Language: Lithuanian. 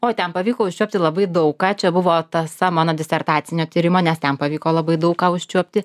oi ten pavyko užčiuopti labai daug ką čia buvo tąsa mano disertacinio tyrimo nes ten pavyko labai daug ką užčiuopti